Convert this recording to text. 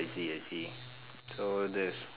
see and see so that's